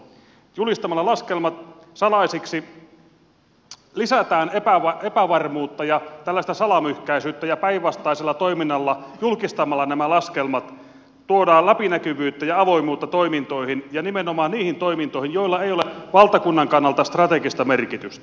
julistamalla laskelmat salaisiksi lisätään epävarmuutta ja tällaista salamyhkäisyyttä ja päinvastaisella toiminnalla julkistamalla nämä laskelmat tuodaan läpinäkyvyyttä ja avoimuutta nimenomaan niihin toimintoihin joilla ei ole valtakunnan kannalta strategista merkitystä